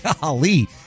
golly